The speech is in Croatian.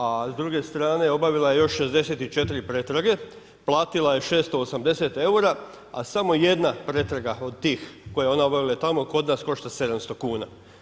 A s druge strane obavila je još 64 pretrage, platila je 680 eura, a samo jedna pretraga od tih, koje je ona obavila tamo kod nas košta 700 kn.